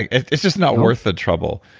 it's just not worth the trouble.